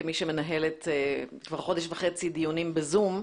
כמי שמנהלת כבר חודש וחצי דיונים ב-זום,